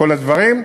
כל הדברים,